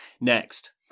Next